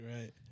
Right